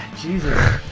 jesus